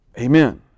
Amen